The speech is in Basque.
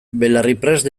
belarriprest